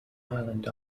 island